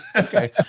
okay